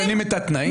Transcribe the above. משנים את התנאים.